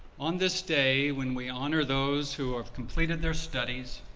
on this day when we honor those who have completed their studies